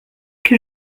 que